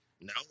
No